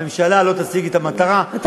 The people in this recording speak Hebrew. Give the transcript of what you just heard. הממשלה לא תשיג את המטרה החשובה,